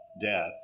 death